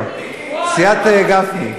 סיעת גפני.